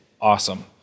awesome